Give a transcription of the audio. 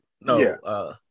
No